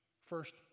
first